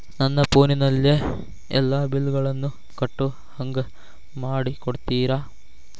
ನನ್ನ ಫೋನಿನಲ್ಲೇ ಎಲ್ಲಾ ಬಿಲ್ಲುಗಳನ್ನೂ ಕಟ್ಟೋ ಹಂಗ ಮಾಡಿಕೊಡ್ತೇರಾ?